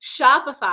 Shopify